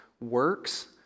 works